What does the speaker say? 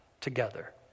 together